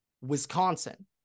wisconsin